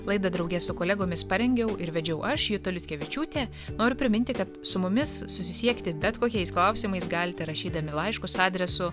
laidą drauge su kolegomis parengiau ir vedžiau aš juta liutkevičiūtė noriu priminti kad su mumis susisiekti bet kokiais klausimais galite rašydami laiškus adresu